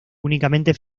únicamente